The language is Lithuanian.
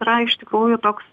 yra iš tikrųjų toks